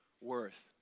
worth